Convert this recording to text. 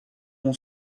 mon